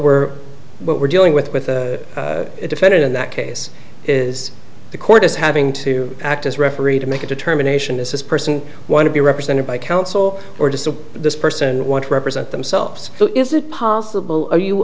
we're what we're dealing with with the defendant in that case is the court is having to act as referee to make a determination is this person want to be represented by counsel or to submit this person want to represent themselves so is it possible are you